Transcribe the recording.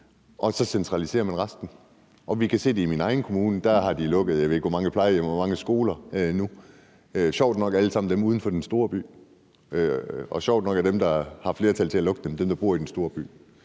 og så centraliserer man resten. Jeg kan se det i min egen kommune. Der har de lukket, jeg ved ikke hvor mange plejehjem og skoler nu. Sjovt nok er de alle sammen uden for den store by, og sjovt nok er dem, der har flertal til at lukke dem, nogle, der bor i den store by.